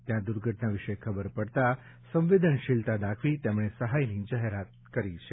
ત્યાં દુર્ઘટના વિશે ખબર પડતા સંવેદનશીલતા દાખવી તેમણે સહાયની જાહેરાત કરી છે